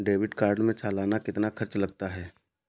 Debit card में सालाना कितना खर्च लगता है?